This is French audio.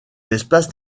espace